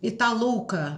į tą lauką